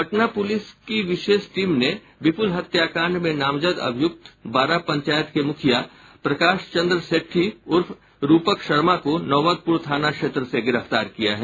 Patna police की विशेष team ने विपूल हत्याकांड में नामजद अभियूक्त बारा पंचायत के मुखिया प्रकाश चंद्र शेट्ठी उर्फ रूपक शर्मा को नौबतपुर थाना क्षेत्र से गिफ्तार किया है